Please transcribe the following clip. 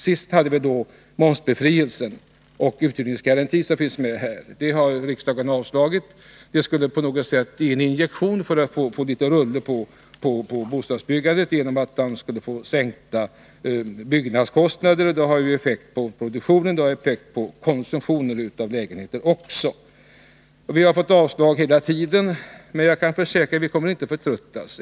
Senast gällde det momsbefrielse och uthyrningsgarantier, som också finns med nu. Förslagen därvidlag har riksdagen avslagit. Ett genomförande av förslagen skulle emellertid medföra en injektion när det gäller att få litet rulle på bostadsbyggandet. Det skulle bli sänkta byggnadskostnader, och det har ju effekt på produktionen och även på konsumtionen av lägenheter. Vi har fått avslag hela tiden, men jag kan försäkra att vi inte kommer att förtröttas.